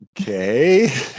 okay